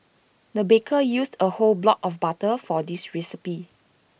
the baker used A whole block of butter for this recipe